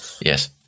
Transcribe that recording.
Yes